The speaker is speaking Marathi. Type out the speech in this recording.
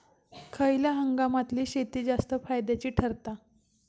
खयल्या हंगामातली शेती जास्त फायद्याची ठरता?